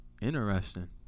Interesting